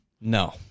no